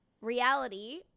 reality